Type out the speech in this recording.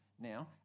now